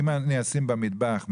אם אני אשים במטבח,